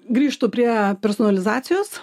grįžtu prie personalizacijos